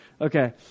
Okay